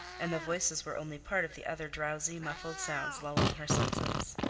and the voices were only part of the other drowsy, muffled sounds lulling her senses.